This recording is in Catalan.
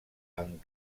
amb